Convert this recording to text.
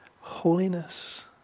holiness